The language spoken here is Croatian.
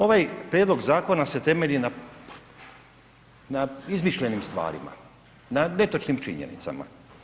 Ovaj prijedlog zakona se temelji na izmišljenim stvarima, na netočnim činjenicama.